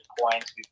points